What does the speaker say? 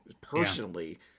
personally